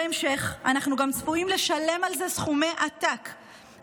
בהמשך אנחנו גם צפויים לשלם על זה סכומי עתק,